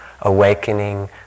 awakening